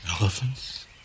elephants